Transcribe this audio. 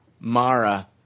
Mara